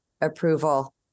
approval